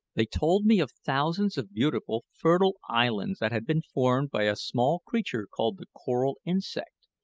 they told me of thousands of beautiful, fertile islands that had been formed by a small creature called the coral insect,